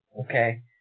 okay